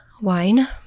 Wine